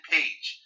Page